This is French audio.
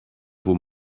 vos